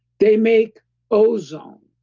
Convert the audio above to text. they make ozone,